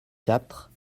quatre